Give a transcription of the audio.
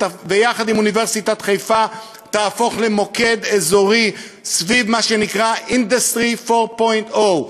ויחד עם אוניברסיטת חיפה תהפוך למוקד אזורי סביב מה שנקרא Industry 4.0,